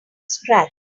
scratch